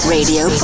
Radio